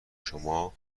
شما